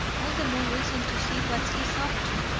all the more reason to see what he's up to.